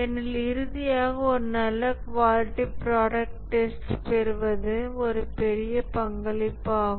ஏனெனில் இறுதியாக ஒரு நல்ல குவாலிட்டி ப்ராடக்ட் டெஸ்ட்ப் பெறுவது ஒரு பெரிய பங்களிப்பாகும்